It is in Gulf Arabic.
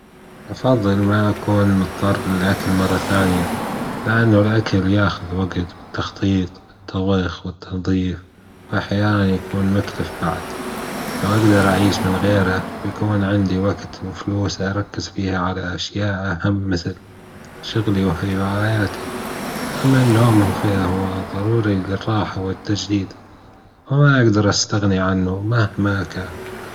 أفضل ما أكون مضطر للأكل مرة ثانية، لأنه الأكل ياخذ وجت بالتخطيط الطبيخ والتنظيف، وأحيانا يكون مكلف بعد، لو أجدر أعيش من غيره يكون عندي وقت وفلوس أركز فيها على أشياء أهم مثل: شغلي وحياتي، أما النوم ما فيها هو ضروري للراحة والتجديد، وما أجدر أستغني عنه مهما كان.